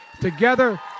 Together